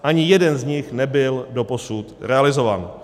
ani jeden z nich nebyl doposud realizován.